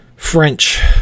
french